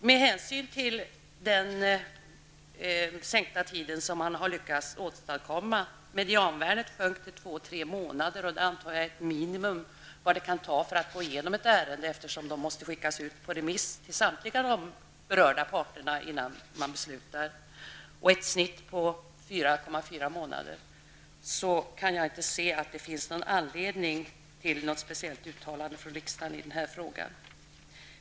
Med hänsyn till den förkortade handläggningstid som man har lyckats åstadkomma -- medianvärdet sjönk till två tre månader, och det antar jag är den minimitid som det kan ta att gå igenom ett ärende, eftersom ärendena måste skickas ut på remiss till samtliga berörda parter innan man fattar beslut om dem, och snittet ligger på 4,4 månader -- kan jag inte se att det finns någon anledning till något speciellt uttalande från riksdagen i denna fråga.